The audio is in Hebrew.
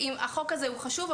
החוק הזה חשוב,